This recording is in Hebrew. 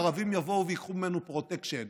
ערבים יבואו וייקחו ממנו פרוטקשן,